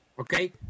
okay